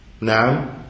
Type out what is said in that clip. Now